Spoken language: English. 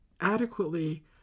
adequately